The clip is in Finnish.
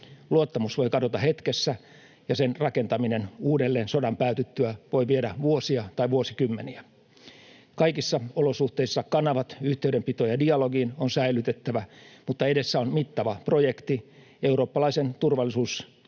Luottamus voi kadota hetkessä, ja sen rakentaminen uudelleen sodan päätyttyä voi viedä vuosia tai vuosikymmeniä. Kaikissa olosuhteissa kanavat yhteydenpitoon ja dialogiin on säilytettävä, mutta edessä on mittava projekti: eurooppalaisen turvallisuuden